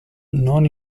non